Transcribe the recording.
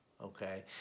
Okay